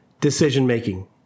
decision-making